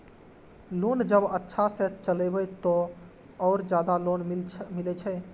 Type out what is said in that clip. Loan जब अच्छा से चलेबे तो और ज्यादा लोन मिले छै?